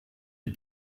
les